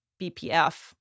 BPF